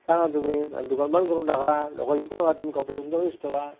सांगा तुम्ही आणि दुकान बंद करून टाका लोकाला विकू नका तुम्ही कपडे तुमच्याकडेच ठेवा